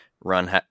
run